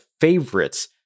favorites